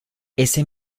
ese